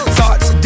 Thoughts